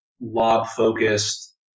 lob-focused